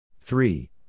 Three